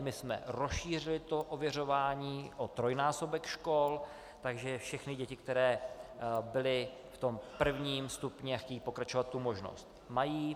My jsme rozšířili to ověřování o trojnásobek škol, takže všechny děti, které byly v prvním stupni, v tom pokračovat tu možnost mají.